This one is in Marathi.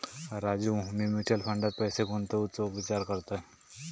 राजू, मी म्युचल फंडात पैसे गुंतवूचो विचार करतय